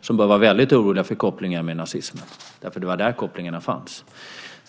som bör vara väldigt oroliga för kopplingen med nazismen. Det var där kopplingarna fanns.